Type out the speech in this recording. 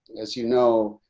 as you know,